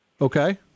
Okay